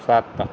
ਸੱਤ